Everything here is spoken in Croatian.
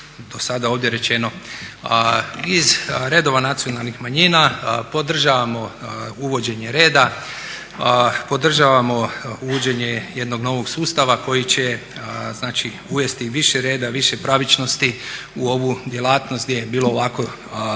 do sada ovdje rečeno. Iz redova nacionalnih manjina podržavamo uvođenje reda, podržavamo uvođenje jednog novog sustava koji će, znači uvesti više reda, više pravičnosti u ovu djelatnost gdje je bilo ovako svega